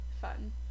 Fun